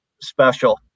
special